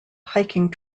hiking